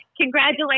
congratulations